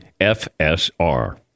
FSR